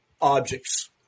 objects